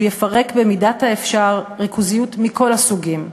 יפרק במידת האפשר ריכוזיות מכל הסוגים,